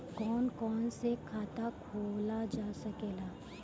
कौन कौन से खाता खोला जा सके ला?